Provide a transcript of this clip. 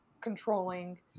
controlling